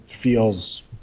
feels